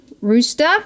rooster